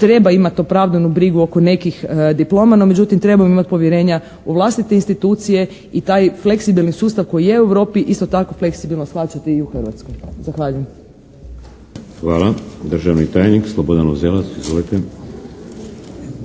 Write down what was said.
treba imati opravdanu brigu oko nekih diploma, no međutim trebamo imati povjerenja u vlastite institucije i taj fleksibilni sustav koji je u Europi isto tako fleksibilno shvaćate i u Hrvatskoj. Zahvaljujem. **Šeks, Vladimir (HDZ)** Hvala. Državni tajnik Slobodan Uzelac. Izvolite.